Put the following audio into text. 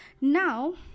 Now